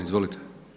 Izvolite.